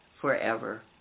forever